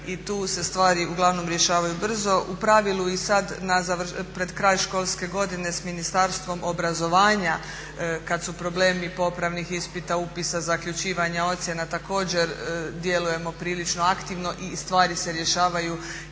i tu se stvari uglavnom rješavaju brzo. U pravilu i sad pred kraj školske godine s Ministarstvom obrazovanja kad su problemi popravnih ispita, upisa, zaključivanja ocjena također djelujemo prilično aktivno i stvari se rješavaju